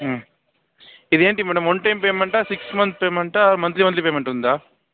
ఇది ఏంటి madam one time పేమెంటా సిక్స్ మంత్ పేమెంటా మంత్లీ మంత్లీ పేమెంట్ ఉందా